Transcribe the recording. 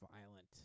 violent